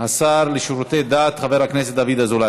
השר לשירותי דת חבר הכנסת דוד אזולאי,